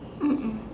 mm mm